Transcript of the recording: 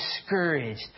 discouraged